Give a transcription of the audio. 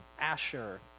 Asher